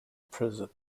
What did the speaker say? present